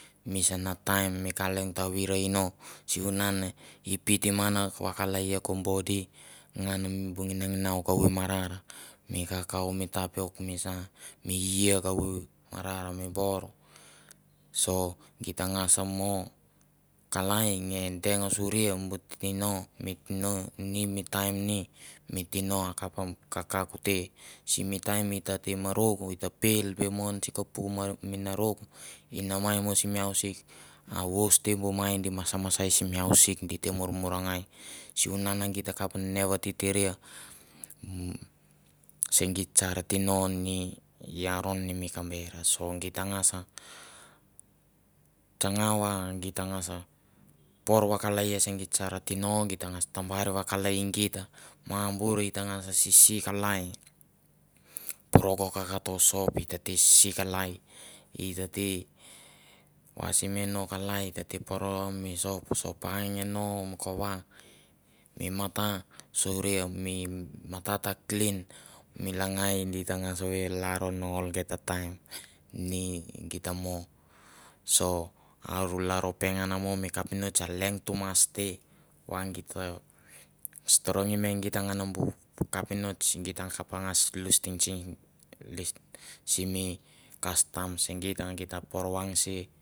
Misana taim mi ka leong ta virei no, sivunan e feedim ngan vakalaia ko bodi ngana bi nginanginau kavu marar, mi kakaum, mi tapiok, misa mi ie kavu marar mi bor, so geit tangas mo kalai nge deng suria bu tino, mi tino ni mi taim ni, mi tino akap kakauk te. Simi taim i ta te murok at ta pel be mo an si kapuk menarok i namai mo sim ausik, a vous te bu mai di masamasa simi ausik di te murmurngai sivunan git takap ne vatitiria se geit sar tino ni aron ni mi kamber. So geit tangas tsanga wa git tangas por vakalaia se geit sar tino, gi tangas tambar vakalaia git a bur i ta gnas sis kalai, poro ko kato sop e tete sisi kalai, i tate wasim nge no kalai, i ta te poro mi sop, sopa nge no mi kova, mi mata, suria mi mata ta klin, mi langai di tangas ve lalro no algeta taim, ni git tamo. So ar u lalro pengan mo mi kapinots a leong tumas te va git ta storongim nge git ngan bu kapinots git takap ngas lustingting simi kastam se geit va geit ta por vangase